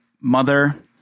mother